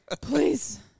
Please